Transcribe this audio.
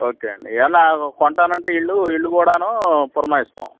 okay అండి ఏమైనా కొంటానంటే ఇళ్ళు ఇళ్ళు కూడాను పురమాయిస్తాం